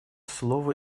слово